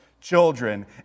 children